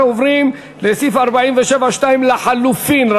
אנחנו עוברים לסעיף 47(2) לחלופין.